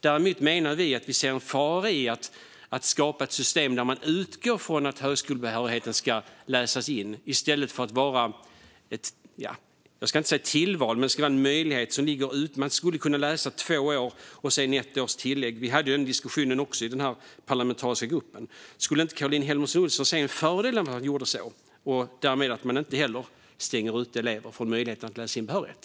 Däremot ser vi en fara i att skapa ett system där man utgår från att högskolebehörigheten ska läsas in i stället för att vara en möjlighet. Man kan läsa två år och sedan få ett års tillägg. Den parlamentariska gruppen hade också den diskussionen. Skulle inte Caroline Helmersson Olsson se en fördel med att göra så och därmed inte stänga elever ute från möjligheten att läsa in behörighet?